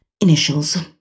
Initials